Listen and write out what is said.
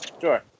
Sure